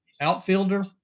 outfielder